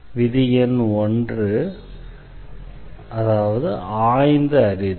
எனவே விதி எண் 1 ஆய்ந்து அறிதல்